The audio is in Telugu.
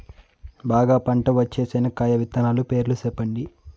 బాగా పంట వచ్చే చెనక్కాయ విత్తనాలు పేర్లు సెప్పండి?